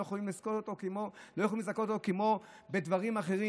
לא יכולים לזכות אותו כמו בדברים אחרים.